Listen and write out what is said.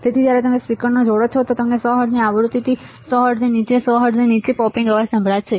તેથી જ્યારે તમે સ્પીકરને જોડો છો અને તમને 100 હર્ટ્ઝની આવૃતિથી 100 હર્ટ્ઝની નીચે 100 હર્ટ્ઝની નીચે પોપિંગ અવાજ સંભળાશે